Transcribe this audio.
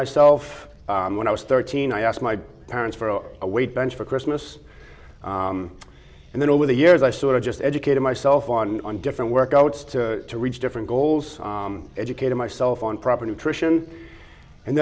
myself when i was thirteen i asked my parents for a weight bench for christmas and then over the years i sort of just educated myself on different workouts to to reach different goals educating myself on proper nutrition and